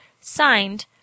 Signed